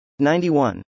91